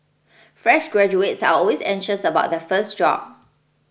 fresh graduates are always anxious about their first job